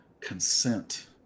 consent